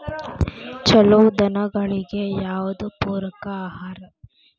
ಛಲೋ ದನಗಳಿಗೆ ಯಾವ್ದು ಪೂರಕ ಆಹಾರ?